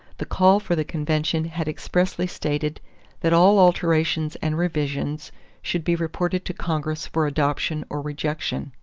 the call for the convention had expressly stated that all alterations and revisions should be reported to congress for adoption or rejection,